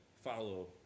follow